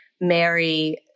Mary